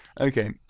Okay